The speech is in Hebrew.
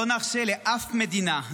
לא נרשה לאף מדינה,